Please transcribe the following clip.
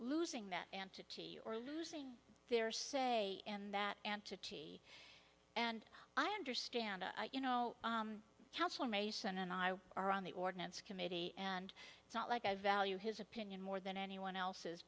losing that ant to t or losing their say in that and to t and i understand you know council mason and i are on the ordinance committee and it's not like i value his opinion more than anyone else's